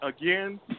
again